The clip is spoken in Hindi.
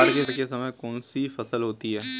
बाढ़ के समय में कौन सी फसल होती है?